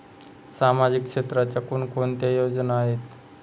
सामाजिक क्षेत्राच्या कोणकोणत्या योजना आहेत?